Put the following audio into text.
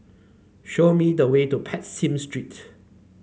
show me the way to Prinsep Street